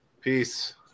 Peace